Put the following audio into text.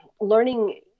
learning